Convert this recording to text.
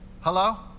Hello